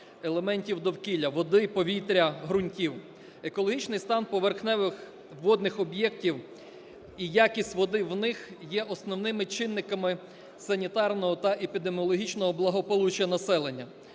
елементів довкілля: води, повітря, ґрунтів. Екологічний стан поверхневих водних об'єктів і якість води в них є основними чинниками санітарного та епідеміологічного благополуччя населення.